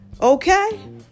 Okay